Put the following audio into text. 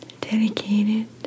dedicated